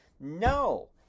No